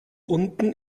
unten